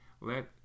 Let